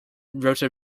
wrote